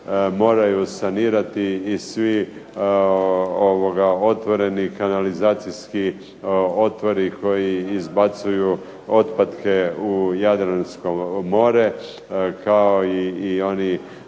moraju sanirati i svi otvoreni, kanalizacijski otvori koji izbacuju otpadke u Jadransko more. Kao i oni